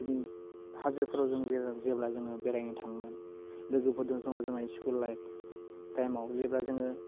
जों हाजोफ्राव जों जेराव जेब्ला जोङो बेरायनो थाङोमोन लोगोफोरजों ज'मा ज'मा स्कुल लाइभ टाइमाव जेब्ला जोङो